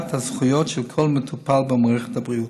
הזכויות של כל מטופל במערכת הבריאות: